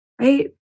right